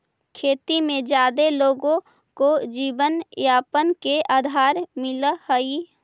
खेती में जादे लोगो के जीवनयापन के आधार मिलऽ हई